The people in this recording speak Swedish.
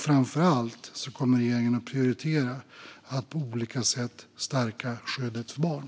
Framför allt kommer regeringen att prioritera att på olika sätt stärka skyddet för barn.